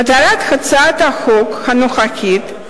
מטרת הצעת חוק הנוכחית,